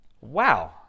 wow